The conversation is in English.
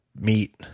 meat –